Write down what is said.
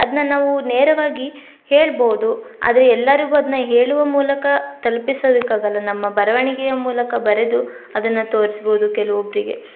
ಅದನ್ನ ನಾವು ನೇರವಾಗಿ ಹೇಳ್ಬೋದು ಆದರೆ ಎಲ್ಲರಿಗು ಅದನ್ನ ಹೇಳುವ ಮೂಲಕ ತಲ್ಪಿಸೊದಕ್ಕಾಗಲ್ಲ ನಮ್ಮ ಬರವಣಿಗೆಯ ಮೂಲಕ ಬರೆದು ಅದನ್ನ ತೋರಿಸ್ಬೋದು ಕೆಲೋ ಒಬ್ಬರಿಗೆ